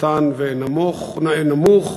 קטן ונמוך.